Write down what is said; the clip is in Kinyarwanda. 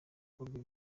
akorwamo